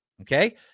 Okay